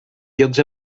llocs